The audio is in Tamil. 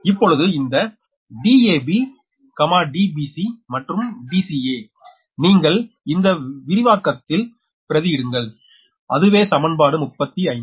இப்பொழுது இந்த DabDbc மற்றும் Dca நீங்கள் இந்த விரிவாக்கத்தில் பிரதியிடுங்கள் அதுவே சமன்பாடு 35